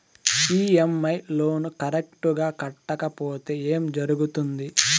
EMI loan correct గా కట్టకపోతే ఏం జరుగుతుంది